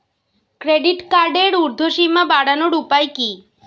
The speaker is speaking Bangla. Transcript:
ক্রেডিট কার্ডের উর্ধ্বসীমা বাড়ানোর উপায় কি?